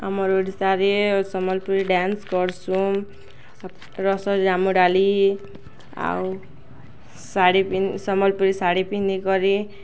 ଆମର ଓଡ଼ିଶାରେ ସମ୍ବଲପୁରୀ ଡ୍ୟାନ୍ସ କରସୁଁ ରସୋ ଜାମୁ ଡାଲି ଆଉ ଶାଢ଼ୀ ସମ୍ବଲପୁରୀ ଶାଢ଼ୀ ପିନ୍ଧିିକରି